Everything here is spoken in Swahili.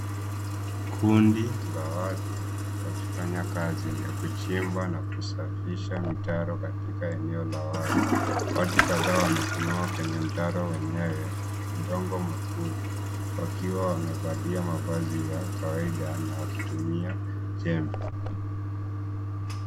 Kundi la watu, wakifanya kazi ya kuchimba na kusafisha mitaro katika eneo la wazi. Watu kadhaa wamesimama kwenye mtaro wenyewe, udongo mwekundu, wakiwa wamevalia mavazi ya kawaida na wakitumia jembe.